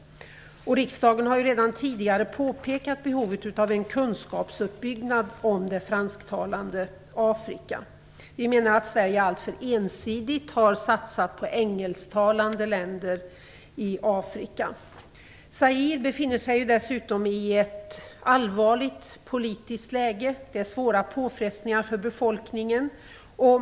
Riksdagen har redan tidigare påpekat behovet av en kunskapsuppbyggnad om det fransktalande Afrika. Sverige har alltför ensidigt satsat på engelsktalande länder i Afrika. Zaire befinner sig dessutom i ett allvarligt politiskt läge. Det är svåra påfrestningar för befolkningen.